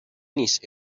نیست